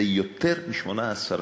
זה יותר מ-18%.